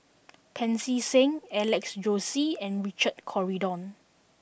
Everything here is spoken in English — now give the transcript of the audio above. Pancy Seng Alex Josey and Richard Corridon